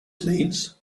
means